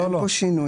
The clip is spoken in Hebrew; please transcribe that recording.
אין פה שינוי.